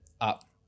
up